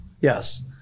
Yes